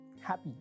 happy